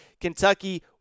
Kentucky